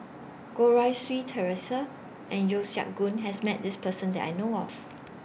Goh Rui Si Theresa and Yeo Siak Goon has Met This Person that I know of